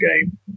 game